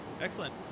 Excellent